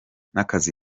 n’akazi